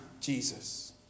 Jesus